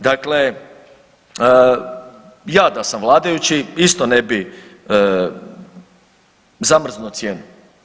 Dakle, ja da sam vladajući isto ne bi zamrznuo cijenu.